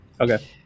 Okay